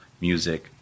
music